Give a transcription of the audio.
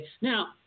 Now